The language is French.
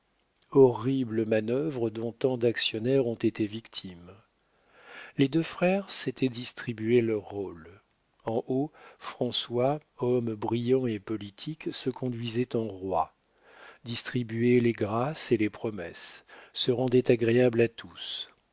horrible manœuvre dont tant d'actionnaires ont été victimes les deux frères s'étaient distribué leurs rôles en haut françois homme brillant et politique se conduisait en roi distribuait les grâces et les promesses se rendait agréable à tous